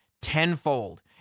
tenfold